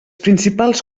principals